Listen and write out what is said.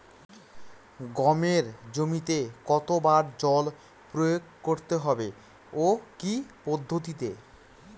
গমের জমিতে কতো বার জল প্রয়োগ করতে হবে ও কি পদ্ধতিতে?